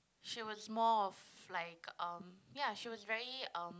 she was more of like um ya she was very um